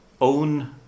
own